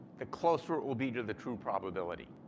the closer it will be to the true probability.